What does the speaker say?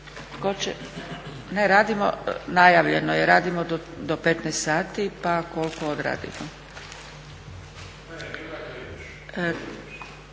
na sjednici. Najavljeno je radimo do 15,00 sati pa koliko odradimo.